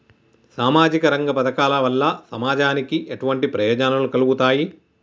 సామాజిక రంగ పథకాల వల్ల సమాజానికి ఎటువంటి ప్రయోజనాలు కలుగుతాయి?